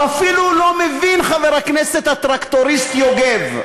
הוא אפילו לא מבין, חבר הכנסת הטרקטוריסט יוגב,